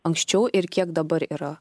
anksčiau ir kiek dabar yra